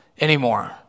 anymore